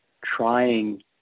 trying